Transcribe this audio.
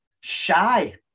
shy